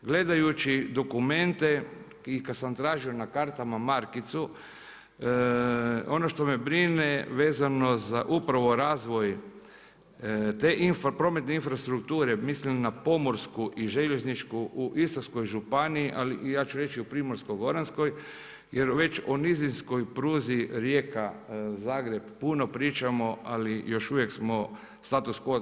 Gledajući dokumente i kad sam tražio na kartama markicu, ono što me brine vezano upravo za razvoj te prometne infrastrukture, mislim na pomorsku i željezničku u Istarskoj županiji, ali ja ću reći i u Primorskoj goranskoj, jer već o nizinskoj pruzi Rijeka-Zagreb puno pričamo, ali još uvijek smo status quo.